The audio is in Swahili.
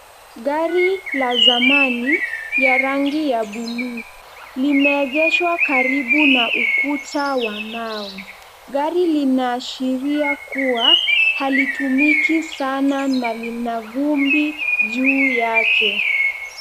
Gari la zamani ya rangi ya buluu. Limeegeshwa karibu na ukuta wa mawe. Gari linaashiria kuwa halitumiki sana na lina vumbi juu yake.